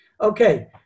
Okay